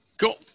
cool